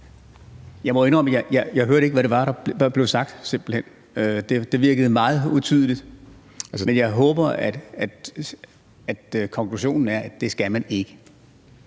Jeg må indrømme, at jeg simpelt hen ikke hørte, hvad det var, der blev sagt. Det virkede meget utydeligt. Men jeg håber, at konklusionen er, at det skal man ikke.